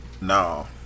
no